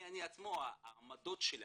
העמדות שלי,